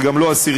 זה גם לא אסירים,